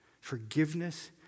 forgiveness